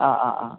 ആ ആ ആ